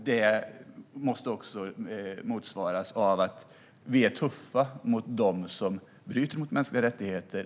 Det måste också motsvaras av att vi är tuffa mot dem som bryter mot mänskliga rättigheter.